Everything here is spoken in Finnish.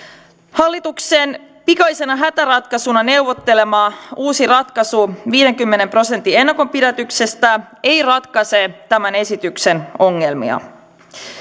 hallituksen pikaisena hätäratkaisuna neuvottelema uusi ratkaisu viidenkymmenen prosentin ennakonpidätyksestä ei ratkaise tämän esityksen ongelmia